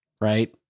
right